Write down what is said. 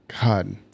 God